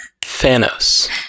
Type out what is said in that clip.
Thanos